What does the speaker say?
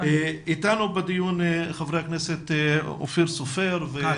נמצא אתנו בדיון חבר הכנסת אופיר כץ